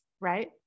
Right